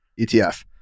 ETF